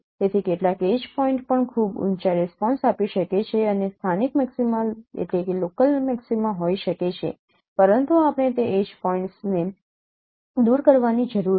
તેથી કેટલાક edge point પણ ખૂબ ઊંચા રિસ્પોન્સ આપી શકે છે અને સ્થાનિક મેક્સીમા હોઈ શકે છે પરંતુ આપણે તે એડ્જ પોઇન્ટ્સને દૂર કરવાની જરૂર છે